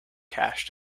cache